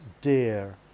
dear